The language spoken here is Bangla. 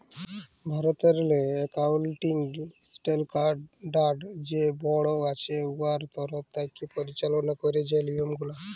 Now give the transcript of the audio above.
ভারতেরলে একাউলটিং স্টেলডার্ড যে বোড় আছে উয়ার তরফ থ্যাকে পরিচাললা ক্যারে যে লিয়মগুলা